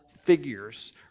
figures